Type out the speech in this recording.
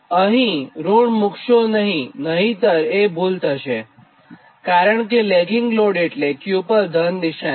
તો અહીં ઋણ મુક્શો નહિંનહિંતર એ ભૂલ થશેકારણ કે લેગિંગ લોડ એટલે કે Q પર ધન નિશાની